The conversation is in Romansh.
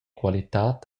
qualitad